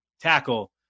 tackle